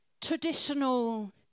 traditional